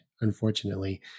unfortunately